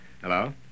Hello